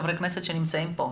חברי הכנסת שנמצאים כאן,